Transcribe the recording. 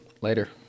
Later